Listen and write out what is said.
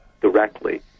directly